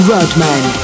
Rodman